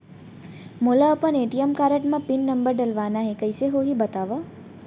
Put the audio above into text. मोला अपन ATM card म पिन नंबर डलवाना हे कइसे होही बतावव?